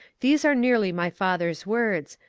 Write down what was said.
these are nearly my father's words,